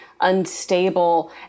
unstable